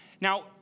Now